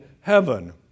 heaven